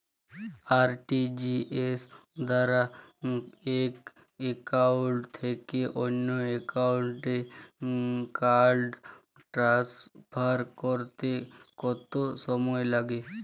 RTGS দ্বারা এক account থেকে অন্য একাউন্টে ফান্ড ট্রান্সফার করতে কত সময় লাগে?